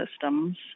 systems